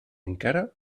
encara